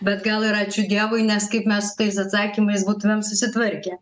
bet gal ir ačiū dievui nes kaip mes su tais atsakymais būtumėm susitvarkę